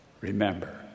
Remember